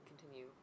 continue